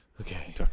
Okay